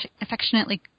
affectionately